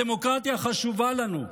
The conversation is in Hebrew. הדמוקרטיה חשובה לנו,